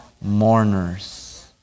mourners